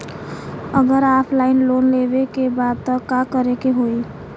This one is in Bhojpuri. अगर ऑफलाइन लोन लेवे के बा त का करे के होयी?